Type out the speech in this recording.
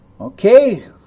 Okay